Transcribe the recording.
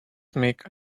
make